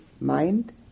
mind